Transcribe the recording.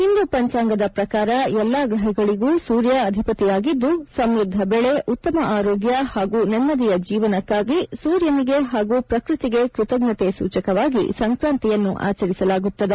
ಹಿಂದೂ ಪಂಚಾಂಗದ ಪ್ರಕಾರ ಎಲ್ಲಾ ಗ್ರಹಗಳಿಗೂ ಸೂರ್ಯ ಅಧಿಪತಿಯಾಗಿದ್ದು ಸಮ್ಬದ್ದ ಬೆಳೆ ಉತ್ತಮ ಆರೋಗ್ಯ ಹಾಗೂ ನೆಮ್ಮದಿಯ ಜೀವನಕ್ಕಾಗಿ ಸೂರ್ಯನಿಗೆ ಹಾಗೂ ಪ್ರಕೃತಿಗೆ ಕೃತಜ್ಞತೆ ಸೂಚಕವಾಗಿ ಸಂಕ್ರಾಂತಿಯನ್ನು ಆಚರಿಸಲಾಗುತ್ತಿದೆ